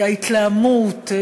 ההתלהמות,